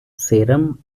serum